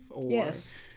Yes